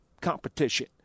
competition